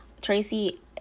Tracy